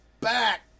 back